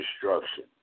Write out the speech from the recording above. destruction